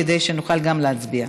כדי שנוכל גם להצביע.